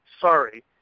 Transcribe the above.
sorry